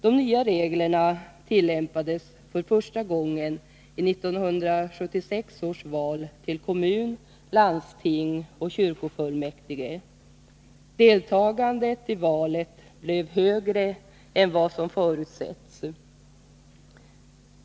De nya reglerna tillämpades för första gången i 1976 års val till kommun, landsting och kyrkofullmäktige. Deltagandet i valet blev högre än vad som förutsetts.